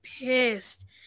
pissed